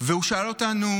והוא שאל אותנו,